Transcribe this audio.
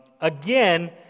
again